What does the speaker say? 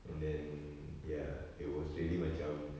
and then ya it was really macam